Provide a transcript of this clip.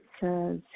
says